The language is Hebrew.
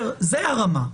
זו הרמה.